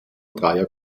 dreier